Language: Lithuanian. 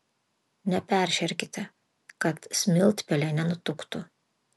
neperšerkite kad smiltpelė nenutuktų